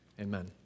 Amen